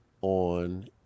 on